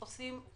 אנחנו עושים